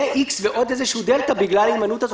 יהיה "איקס" ועוד איזושהי דלתא בגלל ההימנעות הזאת.